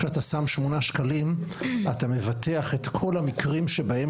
כשאתה שם שמונה שקלים אתה מבטח את כל המקרים שבהם